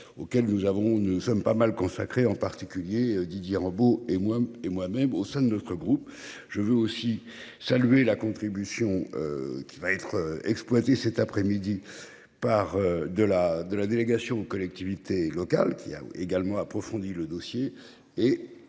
avons, nous ne sommes pas mal consacré en particulier Didier Rambaud et moi et moi même au sein de notre groupe. Je veux aussi saluer la contribution. Qui va être exploité cet après-midi par de la de la délégation aux collectivités locales qui a également approfondi le dossier